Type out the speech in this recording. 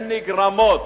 הן נגרמות.